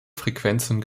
frequenzen